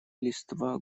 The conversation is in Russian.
листва